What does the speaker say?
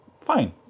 fine